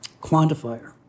quantifier